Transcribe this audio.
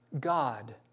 God